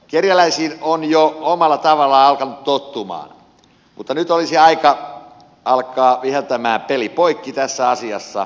kerjäläisiin on jo omalla tavallaan alkanut tottua mutta nyt olisi aika alkaa viheltää peli poikki tässä asiassa